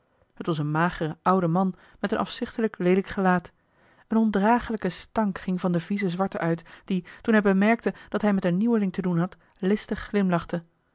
t was een magere oude man met een afzichtelijk leelijk gelaat een ondraaglijke stank ging van den viezen zwarte uit die toen hij bemerkte dat hij met een nieuweling te doen had listig glimlachte